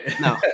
No